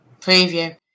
preview